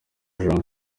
jean